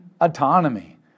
autonomy